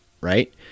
right